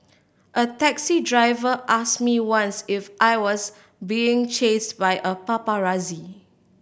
a taxi driver ask me once if I was being chased by a paparazzi